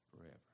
Forever